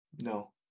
No